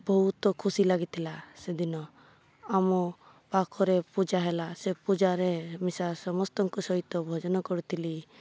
ବହୁତ ଖୁସି ଲାଗିଥିଲା ସେଦିନ ଆମ ପାଖରେ ପୂଜା ହେଲା ସେ ପୂଜାରେ ମିଶା ସମସ୍ତଙ୍କ ସହିତ ଭୋଜନ କରିଥିଲି